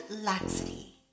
laxity